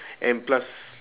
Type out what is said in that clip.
and plus